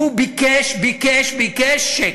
והוא ביקש, ביקש, ביקש שקט.